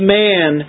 man